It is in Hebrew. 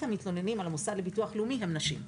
המתלוננים על המוסד לביטוח לאומי הן נשים.